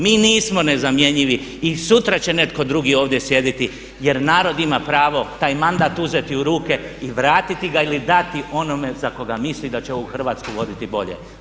Mi nismo nezamjenjivi i sutra će netko drugi ovdje sjediti jer narod ima pravo taj mandat uzeti u ruke i vratiti ga ili dati onome za kojega misli da će ovu Hrvatsku voditi bolje.